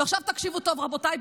ועכשיו תקשיבו טוב, רבותיי.